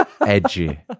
edgy